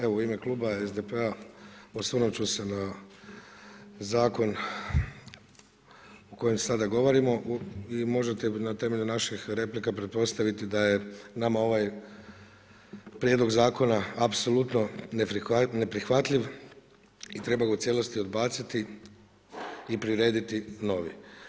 Evo, u ime kluba SDP-a osvrnut ću se na Zakon o kojem sada govorimo i možete na temelju naših replika pretpostaviti da je nama ovaj Prijedlog zakona apsolutno neprihvatljiv i treba ga u cijelosti odbaciti i prirediti novi.